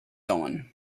dawn